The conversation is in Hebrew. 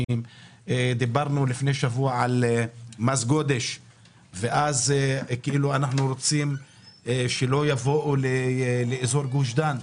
דיברנו לפני שבוע על מס גודש כדי שאנשים לא יבואו לאזור גוש דן.